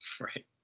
Right